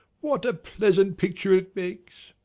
what a pleasant picture it makes!